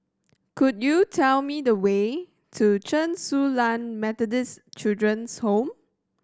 could you tell me the way to Chen Su Lan Methodist Children's Home